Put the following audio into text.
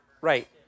Right